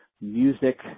music